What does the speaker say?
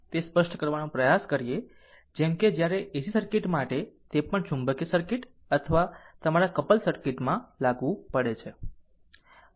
તે સ્પષ્ટ કરવાનો પ્રયાસ કરીએ જેમ કે જ્યારે AC સર્કિટ માટે અને તે પણ ચુંબકીય સર્કિટ અથવા તમારા કપલ સર્કિટમાં લાગુ પડે છે